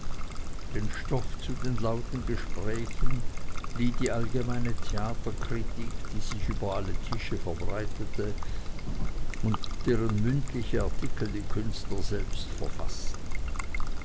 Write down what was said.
den stoff zu den lauten gesprächen lieh die allgemeine theaterkritik die sich über alle tische verbreitete und deren mündliche artikel die künstler selbst verfaßten